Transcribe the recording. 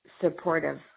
supportive